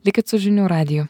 likit su žinių radiju